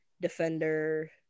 defender